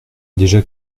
déjà